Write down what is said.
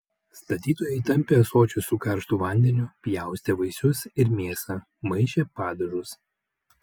statytojai tampė ąsočius su karštu vandeniu pjaustė vaisius ir mėsą maišė padažus